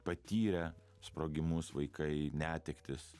patyrę sprogimus vaikai netektis